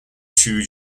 two